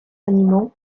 animaux